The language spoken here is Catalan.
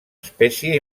espècie